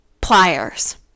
pliers